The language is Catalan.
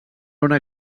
una